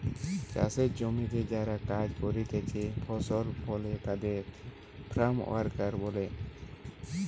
চাষের জমিতে যারা কাজ করতিছে ফসল ফলে তাদের ফার্ম ওয়ার্কার বলে